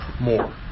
more